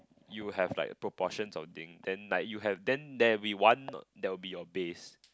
you'll have like a proportions of thing then like you have then there will be one that will be your base